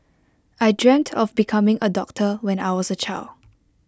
I dreamt of becoming A doctor when I was A child